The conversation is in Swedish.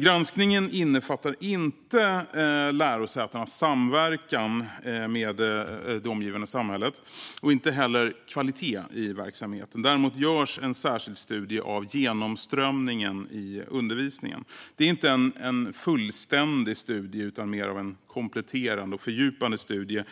Granskningen innefattar inte lärosätenas samverkan med det omgivande samhället och inte heller kvalitet i verksamheten. Däremot görs en särskild studie av genomströmningen i undervisningen. Det är inte en fullständig studie, utan det är mer av en kompletterande och fördjupande studie